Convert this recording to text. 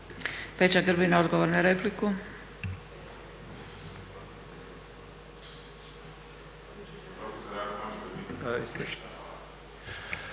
Peđa Grbin, odgovor na repliku.